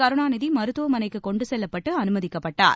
கருணாநிதி மருத்துவமனைக்கு கொண்டுசெல்லப்பட்டு அனுமதிக்கப்பட்டார்